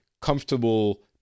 comfortable